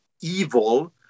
evil